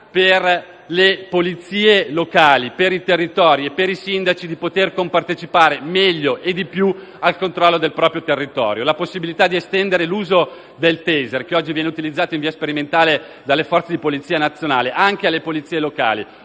per le polizie locali, per i territori e per i sindaci di compartecipare meglio e di più al controllo del proprio territorio; la possibilità di estendere l'uso del taser, che oggi viene utilizzato in via sperimentale dalle Forze di polizia nazionale, anche alle polizie locali.